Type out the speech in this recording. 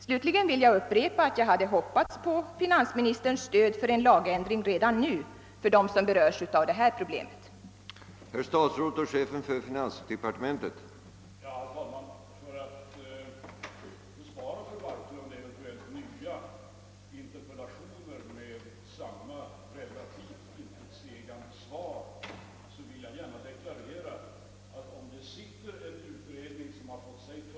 Slutligen vill jag upprepa att jag hade hoppats på finansministerns stöd för en lagändring redan nu för dem som berörs av det problem det gäller.